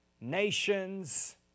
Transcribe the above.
nations